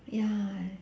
ya